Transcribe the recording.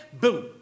Boom